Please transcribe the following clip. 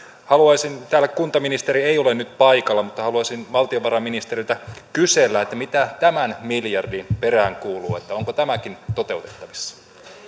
täällä kuntaministeri ei ole nyt paikalla mutta haluaisin valtiovarainministeriltä kysellä mitä tämän miljardin perään kuuluu onko tämäkin toteutettavissa